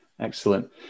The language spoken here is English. Excellent